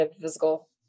physical